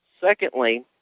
Secondly